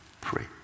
pray